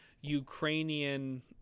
ukrainian